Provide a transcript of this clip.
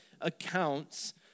accounts